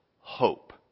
hope